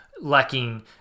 lacking